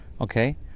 Okay